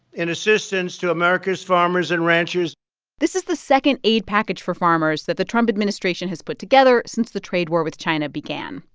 in assistance to america's farmers and ranchers this is the second aid package for farmers that the trump administration has put together since the trade war with china began.